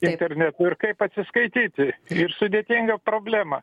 internetu ir kaip atsiskaityti ir sudėtinga problema